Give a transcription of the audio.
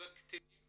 וקטינים